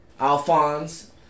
Alphonse